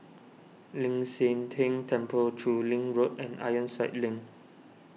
Ling San Teng Temple Chu Lin Road and Ironside Link